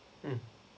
mmhmm